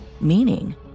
meaning